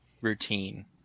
routine